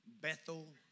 Bethel